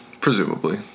Presumably